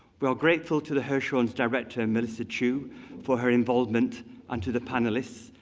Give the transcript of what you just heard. we are grateful to the hirshhorn's director melissa chiu for her involvement and to the panelists,